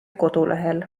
kodulehel